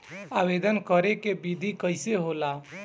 आवेदन करे के विधि कइसे होला?